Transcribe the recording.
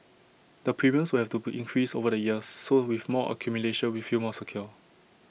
the premiums will have to increase over the years so with more accumulation we feel more secure